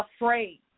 afraid